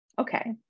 Okay